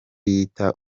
yita